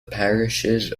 parishes